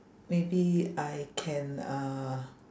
maybe I can uh